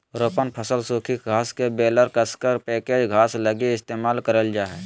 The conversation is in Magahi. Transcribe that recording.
रोपण फसल सूखी घास बेलर कसकर पैकेज घास लगी इस्तेमाल करल जा हइ